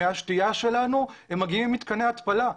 מי השתייה שלנו, הם מגיעים ממתקני התפלה.